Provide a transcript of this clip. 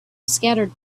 scattered